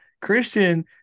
Christian